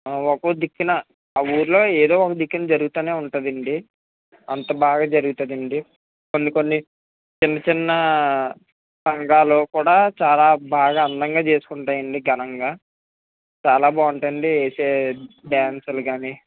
ఒక్కో దిక్కున ఆ ఊరులో ఏదో ఒక దిక్కున జరుగుతూనే ఉంటుందండి అంత బాగా జరుగుతుందండి కొన్ని కొన్ని చిన్న చిన్న పంగాలు కూడా చాలా బాగా అందంగా చేసుకుంటాయండి ఘనంగా చాలా బాగుంటాయండి చేసే డాన్సులు కానీ